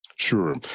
Sure